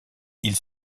ils